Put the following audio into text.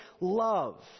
love